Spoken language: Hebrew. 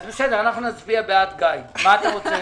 גיא,